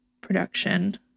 production